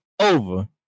Over